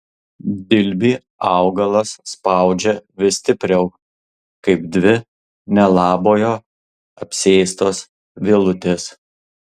dilbį augalas spaudžia vis stipriau kaip dvi nelabojo apsėstos vielutės